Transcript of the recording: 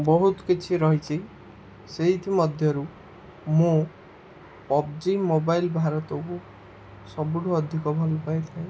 ବହୁତ କିଛି ରହିଛି ସେଇଥିମଧ୍ୟରୁ ମୁଁ ପବ୍ଜି ମୋବାଇଲ୍ ଭାରତକୁ ସବୁଠୁ ଅଧିକ ଭଲ ପାଇଥାଏ